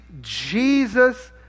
Jesus